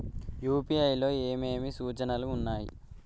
UPI లో ఏమేమి సూచనలు ఉన్నాయి?